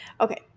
Okay